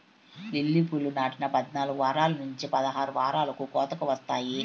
lily పూలు నాటిన పద్నాలుకు వారాల నుంచి పదహారు వారాలకు కోతకు వస్తాయి